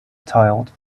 tiled